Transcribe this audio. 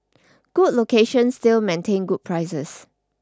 good locations still maintain good prices